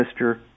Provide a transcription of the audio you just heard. Mr